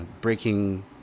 breaking